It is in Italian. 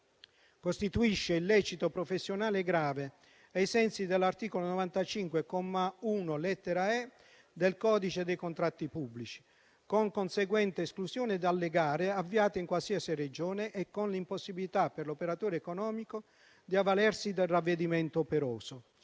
costituisca illecito professionale grave ai sensi dell'articolo 95, comma 1, lettera *e)*, del codice dei contratti pubblici, con conseguente esclusione dalle gare avviate in qualsiasi Regione e con l'impossibilità, per l'operatore economico, di avvalersi del ravvedimento operoso.